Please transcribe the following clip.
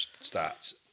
starts